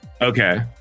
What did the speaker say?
Okay